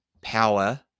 power